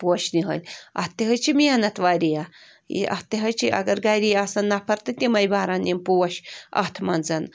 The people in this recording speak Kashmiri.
پوشہٕ نِہٲلۍ اَتھ تہِ حظ چھِ محنت وارِیاہ یہِ اَتھ تہِ حظ چھِ اگر گَری آسان نفر تہٕ تِمَے بَران یِم پوش اَتھ منٛز